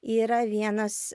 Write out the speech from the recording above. yra vienas